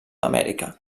amèrica